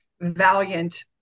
valiant